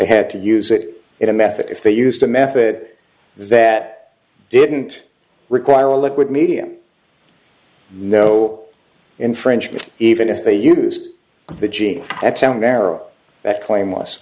had to use it in a method if they used a method that didn't require a liquid medium no infringement even if they used the gene that sound era that claim was